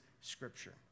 scripture